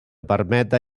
permeta